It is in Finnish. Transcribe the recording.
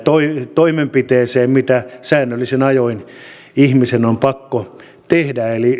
toimenpiteeseen mitä säännöllisin ajoin ihmisen on pakko tehdä eli